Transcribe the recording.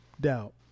doubt